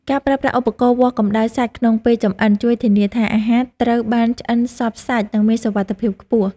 ការប្រើប្រាស់ឧបករណ៏វាស់កម្តៅសាច់ក្នុងពេលចម្អិនជួយធានាថា អាហារត្រូវបានឆ្អិនសព្វសាច់និងមានសុវត្ថិភាពខ្ពស់។